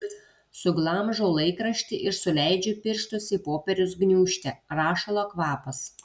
suglamžau laikraštį ir suleidžiu pirštus į popieriaus gniūžtę rašalo kvapas